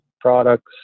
products